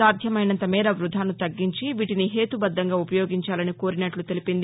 సాధ్యమైనంత మేర వ్బథాను తగ్గించి వీటిని హేతుబద్దంగా ఉపయోగించాలని కోరినట్లు తెలిపింది